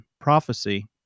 prophecy